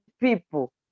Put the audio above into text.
people